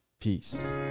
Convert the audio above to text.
peace